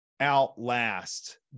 outlast